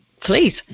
please